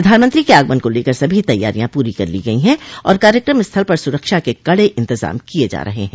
प्रधानमंत्री के आगमन को लेकर सभी तैयारियां पूरी कर ली गयी हैं और कार्यक्रम स्थल पर सुरक्षा के कडे इन्तजाम किये जा रहे हैं